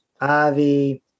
Ivy